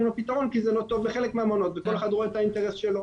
לפתרון כי זה לא טוב לחלק מהמעונות וכל אחד רואה את האינטרס שלו.